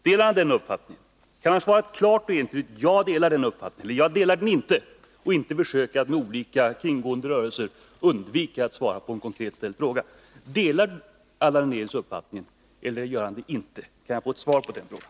Kan herr Hernelius svara klart och entydigt: jag delar den uppfattningen, eller jag delar den inte — och försöka låta bli att med olika kringgående rörelser undvika att svara på en konkret ställd fråga? Delar Allan Hernelius justitieministerns uppfattning, eller gör han det inte? Kan jag få ett svar på den frågan?